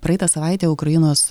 praeitą savaitę ukrainos